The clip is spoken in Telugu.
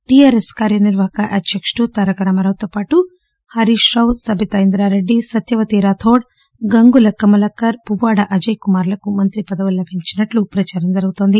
టీ ఆర్ ఎస్ కార్యనిర్వాహఖ అధ్యకుడు తారాక రామారావుతో పాటు హరీష్ రావు సబితా ఇంద్రారెడ్డి సత్యవతి రాథోడ్ గంగుల కమలాకర్ పువ్వాడ అజయ్ కుమార్ లకు మంత్రి పదవులు లభించినట్లు ప్రదారం జరుగుతుంది